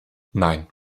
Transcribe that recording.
nein